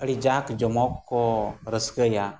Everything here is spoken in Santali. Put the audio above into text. ᱟᱹᱰᱤ ᱡᱟᱠᱼᱡᱚᱢᱚᱠ ᱠᱚ ᱨᱟᱹᱥᱠᱟᱹᱭᱟ